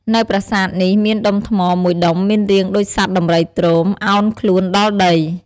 នៅប្រាសាទនេះមានដុំថ្មមួយដុំមានរាងដូចសត្វដំរីទ្រោម អោនខ្លួនដល់ដី។